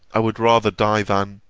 i would rather die, than